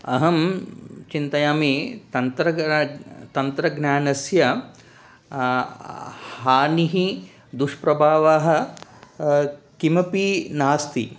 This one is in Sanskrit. अहं चिन्तयामि तन्त्रज्ञाः तन्त्रज्ञानस्य हानिः दुष्प्रभावाः किमपि नास्ति